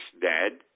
dead